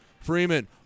Freeman